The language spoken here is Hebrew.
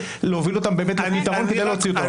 להוביל אותם לפתרון וכדי להוציא אותם החוצה.